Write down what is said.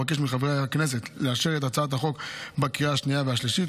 אבקש מחברי הכנסת לאשר את הצעת החוק בקריאה השנייה ובקריאה השלישית.